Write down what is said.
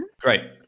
Great